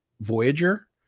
Voyager